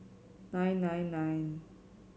nine nine nine